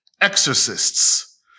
exorcists